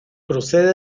procede